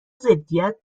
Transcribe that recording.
ضدیت